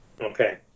Okay